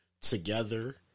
together